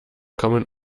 kommen